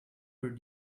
your